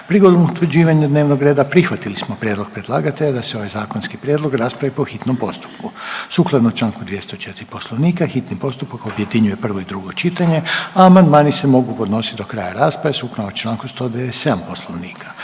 Prigodom utvrđivanja dnevnog reda prihvatili smo prijedlog predlagatelja da se ovaj zakonski prijedlog raspravi po hitnom postupku. Sukladno čl. 204. Poslovnika, hitni postupak objedinjuje prvo i drugo čitanje, a amandmani se mogu podnositi do kraja rasprave sukladno čl. 197. Poslovnika.